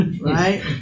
right